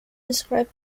describe